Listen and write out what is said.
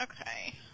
Okay